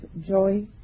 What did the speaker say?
joy